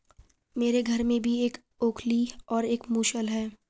मेरे घर में भी एक ओखली और एक मूसल है